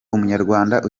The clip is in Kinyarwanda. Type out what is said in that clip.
umunyarwanda